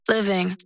Living